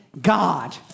God